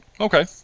Okay